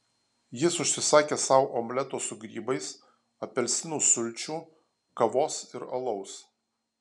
jis užsisakė sau omleto su grybais apelsinų sulčių kavos ir alaus